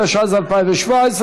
התשע"ז 2017,